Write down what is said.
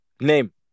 Name